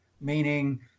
meaning